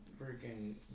freaking